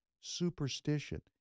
Superstition